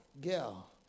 girl